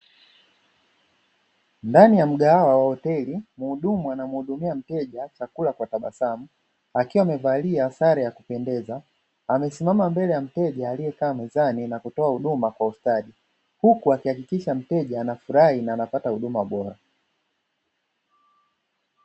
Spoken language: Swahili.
Ndani ya mgahawa wa hoteli mhudumu anamhudumia mteja kwa tabasamu akiwa amevalia sare ya kupendeza, amesimama mbele ya mteja aliyekaa mezani na kutoa huduma kwa upole huku akihakikisha mteja anafurahi na anapata huduma bora.